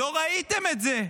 לא ראיתם את זה.